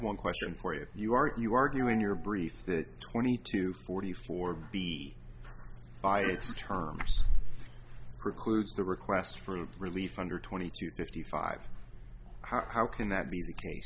one question for you if you aren't you argue in your brief that twenty two forty four b by its terms precludes the request for relief under twenty two fifty five how can that be the case